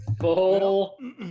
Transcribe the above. Full